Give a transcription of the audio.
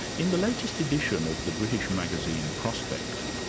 in the latest edition of the british magazine, prospect,